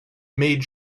made